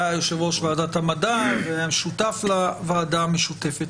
והיה יושב ראש ועדת המדע והיה שותף לוועדה המשותפת.